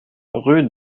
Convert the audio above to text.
rue